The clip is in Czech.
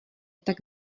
tak